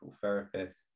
therapist